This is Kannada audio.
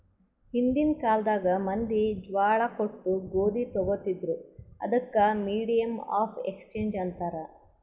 ಹಿಂದಿನ್ ಕಾಲ್ನಾಗ್ ಮಂದಿ ಜ್ವಾಳಾ ಕೊಟ್ಟು ಗೋದಿ ತೊಗೋತಿದ್ರು, ಅದಕ್ ಮೀಡಿಯಮ್ ಆಫ್ ಎಕ್ಸ್ಚೇಂಜ್ ಅಂತಾರ್